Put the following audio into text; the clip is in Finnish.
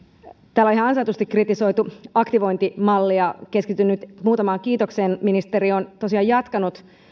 täällä on ihan ansaitusti kritisoitu aktivointimallia keskityn nyt muutamaan kiitokseen ministeri on tosiaan jatkanut